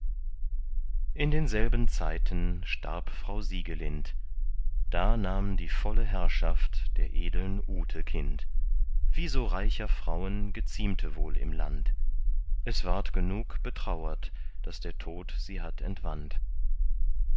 in denselben zeiten starb frau siegelind da nahm die volle herrschaft der edeln ute kind wie so reicher frauen geziemte wohl im land es ward genug betrauert daß der tod sie hatt entwandt